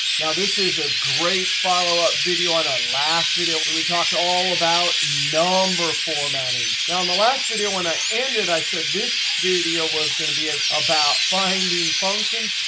now this is a great follow-up video on our last video where we talked all about number formatting. now in the last video when i ended, i said this video was going to be ah about finding functions,